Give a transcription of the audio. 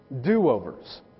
do-overs